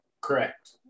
correct